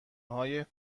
های